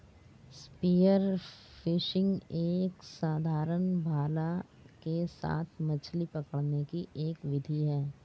spear fishing एक साधारण भाला के साथ मछली पकड़ने की एक विधि है